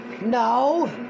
No